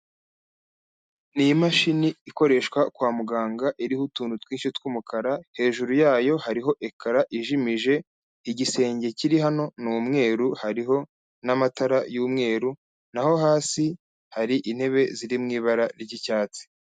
Ni imashini ikoreshwa kwa muganga iriho utuntu twinshi tw'umukara, hejuru yayo hariho ekara ijimije, igisenge kiri hano ni umweru, hariho n'amatara y'umweru, naho hasi hari intebe ziri mu ibara ry'icyatsi.